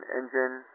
engine